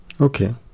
Okay